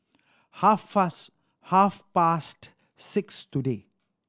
half fast half past six today